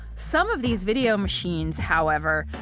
some of these video machines, however,